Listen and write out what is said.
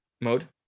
mode